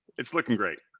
it's looking great